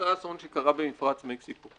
אחרי האסון שקרה במפרץ מקסיקו.